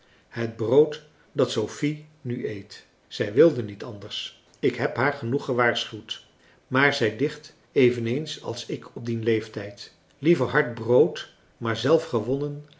het brood dat sophie nu eet zij wilde niet anders ik heb haar genoeg gewaarschuwd maar zij dicht eveneens als ik op dien leeftijd liever hard brood maar zelf gewonnen